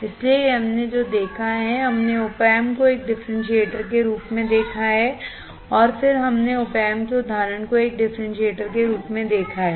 इसलिए हमने जो देखा है हमने opamp को एक डिफरेंशिएटर के रूप में देखा है और फिर हमने opamp के उदाहरण को एक डिफरेंशिएटर के रूप में देखा है